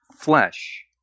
flesh